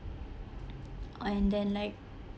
and then like